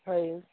ହଏ